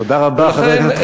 תודה רבה, חבר הכנסת חנין.